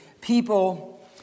people